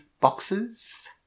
boxes